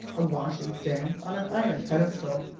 a washing-stand on an iron pedestal,